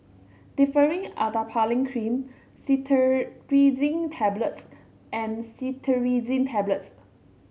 Differin Adapalene Cream Cetirizine Tablets and Cetirizine Tablets